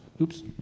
Oops